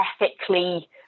ethically